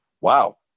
Wow